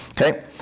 Okay